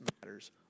matters